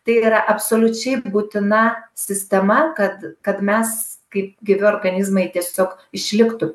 tai yra absoliučiai būtina sistema kad kad mes kaip gyvi organizmai tiesiog išliktų